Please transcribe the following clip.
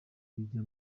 bijya